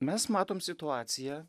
mes matom situaciją